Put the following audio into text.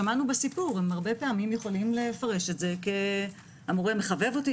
שמענו את הסיפור הרבה פעמים הם יכולים לפרש את זה כהמורה מחבב אותי,